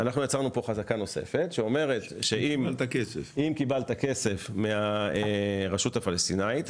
אנחנו יצרנו כאן חזקה נוספת האומרת שאם קיבלת כסף מהרשות הפלסטינית,